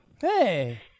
Hey